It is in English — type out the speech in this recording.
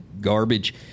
garbage